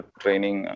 training